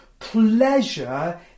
pleasure